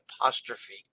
apostrophe